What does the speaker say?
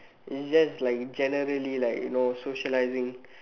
it's just like generally like you know socialising